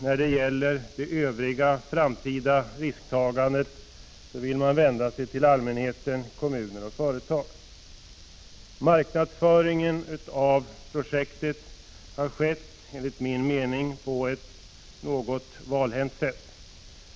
När det gäller det övriga framtida risktagandet vill man vända sig till allmänheten, kommuner och företag. Marknadsföringen av projektet har skett på ett, enligt min mening, något valhänt sätt.